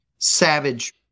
savage